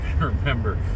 remember